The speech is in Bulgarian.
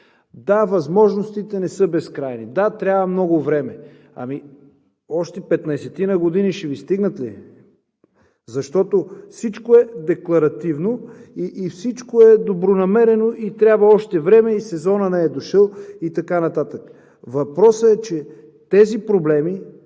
Да, възможностите не са безкрайни. Да, трябва много време. Ами още петнадесетина години ще Ви стигнат ли? Защото всичко е декларативно и всичко е добронамерено и трябва още време и сезонът не е дошъл и така нататък. Въпросът е, че тези проблеми,